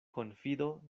konfido